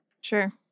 sure